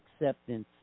acceptance